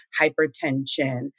hypertension